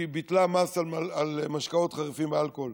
היא ביטלה מס על משקאות חריפים ואלכוהול